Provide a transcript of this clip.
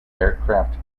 aircraft